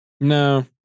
No